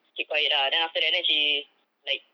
keep quiet ah then after that then she like